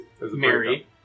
Mary